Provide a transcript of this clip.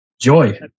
joy